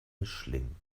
mischling